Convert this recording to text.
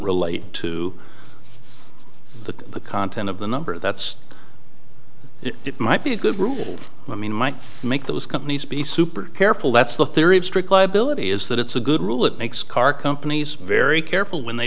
relate to the content of the number that's it might be a good rule i mean might make those companies be super careful that's the theory of strict liability is that it's a good rule that makes car companies very careful when they